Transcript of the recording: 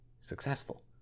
successful